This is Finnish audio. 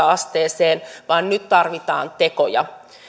asteeseen vaan nyt tarvitaan tekoja